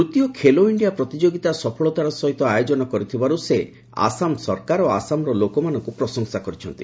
ତୂତୀୟ ଖେଲୋ ଇଣ୍ଡିଆ ପ୍ରତିଯୋଗିତା ସଫଳତାର ସହିତ ଆୟୋଜନ କରିଥିବାରୁ ସେ ଆସାମ ସରକାର ଓ ଆସାମର ଲୋକମାନଙ୍କୁ ପ୍ରଶଂସା କରିଛନ୍ତି